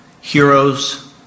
heroes